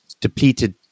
depleted